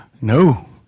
No